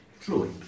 truly